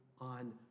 on